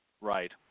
Right